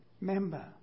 member